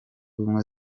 ubumwe